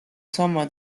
somma